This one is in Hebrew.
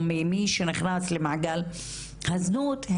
או ממי שנכנס למעגל הזנות,